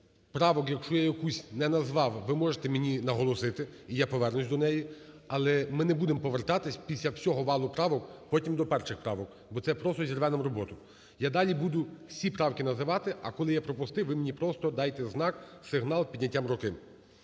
Правку, якщо я якусь не назвав, ви можете мені наголосити, і я повернусь до неї. Але ми не будемо повертатись після всього валу правок потім до перших правок, бо це просто зірве нам роботу. Я далі буду всі правки називати, а коли я пропустив, ви мені просто дайте знак, сигнал підняттям руки.